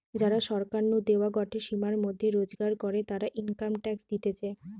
যারা সরকার নু দেওয়া গটে সীমার মধ্যে রোজগার করে, তারা ইনকাম ট্যাক্স দিতেছে